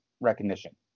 recognition